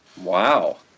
Wow